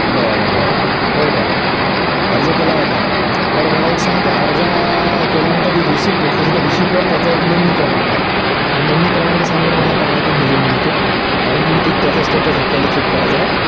बरं बरं हो का अर्ज केला होता बरं मला एक सांग अर्ज केल्यानंतर एक रिसिप भेटली असेल त्या रिसिपवर त्याचा एक नोंदणी क्रमांक आहे तो नोंदणी क्रमांक सांग बरं मला काय आहे ते मग मी लिहून घेतो कारण की मी ते त्याचं स्टेटस आपल्याला चेक कराचाय